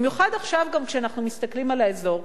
במיוחד עכשיו, כשאנחנו מסתכלים על האזור,